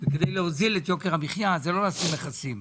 אבל כדי להוזיל את יוקר המחייה לא צריך להסיר מכסים,